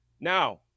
now